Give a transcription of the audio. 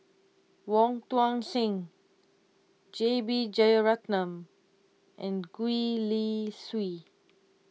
Wong Tuang Seng J B Jeyaretnam and Gwee Li Sui